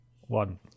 One